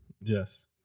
Yes